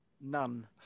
none